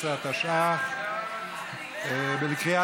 18), התשע"ח 2018, בקריאה